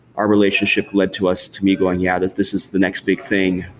our relationship led to us, to me going, yeah, this this is the next big thing.